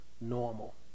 normal